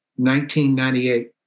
1998